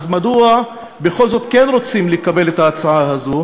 מדוע בכל זאת כן רוצים לקבל את ההצעה הזאת?